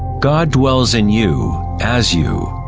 god dwells in you, as you,